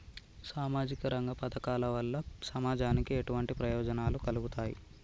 సామాజిక రంగ పథకాల వల్ల సమాజానికి ఎటువంటి ప్రయోజనాలు కలుగుతాయి?